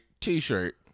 T-shirt